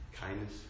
Kindness